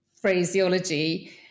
phraseology